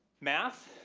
math,